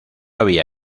había